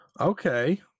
okay